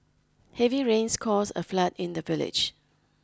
heavy rains cause a flood in the village